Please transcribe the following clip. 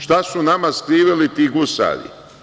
Šta su nama skrivili ti gusari?